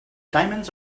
diamonds